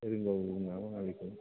रोंबाबो बुङा बाङालिखौ